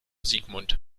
sigmund